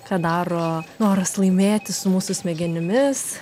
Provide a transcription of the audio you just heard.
ką daro noras laimėti su mūsų smegenimis